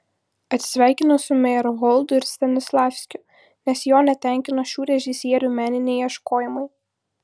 atsisveikino su mejerholdu ir stanislavskiu nes jo netenkino šių režisierių meniniai ieškojimai